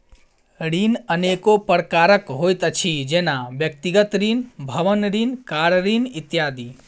ऋण अनेको प्रकारक होइत अछि, जेना व्यक्तिगत ऋण, भवन ऋण, कार ऋण इत्यादि